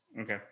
Okay